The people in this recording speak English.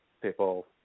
people